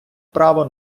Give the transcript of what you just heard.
право